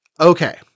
Okay